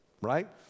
right